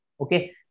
okay